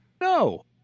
No